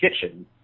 kitchen